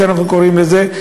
כפי שאנחנו קוראים לזה,